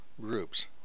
groups